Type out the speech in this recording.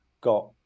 got